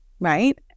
Right